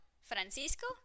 Francisco